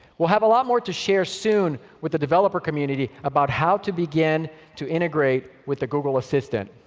we'll have a lot more to share soon with the developer community about how to begin to integrate with the google assistant.